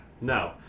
no